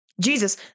Jesus